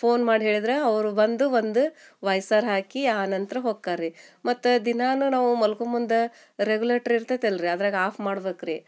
phone ಮಾಡಿ ಹೇಳಿದ್ರೆ ಅವರು ಬಂದು ಒಂದು ವೈಸರ್ ಹಾಕಿ ಆನಂತರ ಹೋಗ್ತಾರ್ ರೀ ಮತ್ತು ದಿನಾಲೂ ನಾವು ಮಲ್ಗೋ ಮುಂದೆ ರೇಗುಲೆಟ್ರ್ ಇರ್ತೈತಲ್ಲ ರೀ ಅದ್ರಾಗ್ ಆಫ್ ಮಾಡ್ಬೇಕು ರೀ